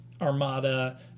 armada